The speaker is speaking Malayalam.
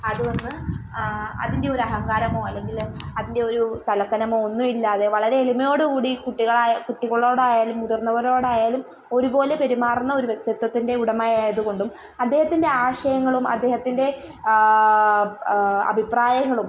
അതൊന്ന് അതിന്റെ ഒരഹങ്കാരമൊ അല്ലെങ്കിൽ അതിന്റെയൊരു തലക്കനമോ ഒന്നുമില്ലാതെ വളരെ എളിമയോടു കൂടി കുട്ടികളായ് കുട്ടികളോടായാലും മുതിര്ന്നവരോടായാലും ഒരുപോലെ പെരുമാറുന്ന ഒരു വ്യക്തിത്വത്തിന്റെ ഉടമയായതു കൊണ്ടും അദ്ദേഹത്തിന്റെ ആശയങ്ങളും അദ്ദേഹത്തിന്റെ അഭിപ്രായങ്ങളും